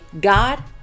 God